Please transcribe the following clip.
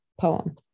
poem